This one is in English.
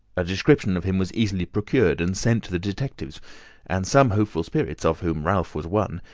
a description of him was easily procured and sent to the detectives and some hopeful spirits, of whom ralph was one,